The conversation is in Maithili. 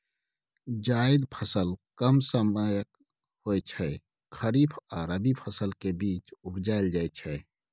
जाएद फसल कम समयक होइ छै खरीफ आ रबी फसलक बीच उपजाएल जाइ छै